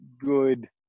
good